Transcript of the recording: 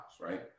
right